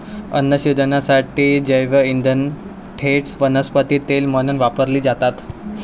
अन्न शिजवण्यासाठी जैवइंधने थेट वनस्पती तेल म्हणून वापरली जातात